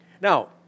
Now